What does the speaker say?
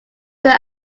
their